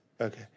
Okay